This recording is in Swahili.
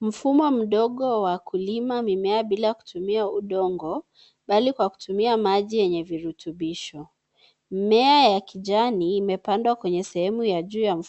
Mfumo mdogo wa kulima mimea bila kutumia udongo bali kutumia maji yenye viritubisho. Mimea ya kijani imepandwa kwenye sehemu ya juu ya